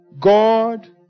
God